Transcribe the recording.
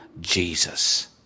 Jesus